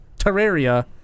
Terraria